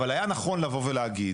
אבל היה נכון לבוא ולהגיד,